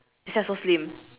that's why so slim